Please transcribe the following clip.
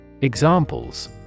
Examples